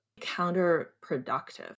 counterproductive